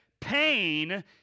Pain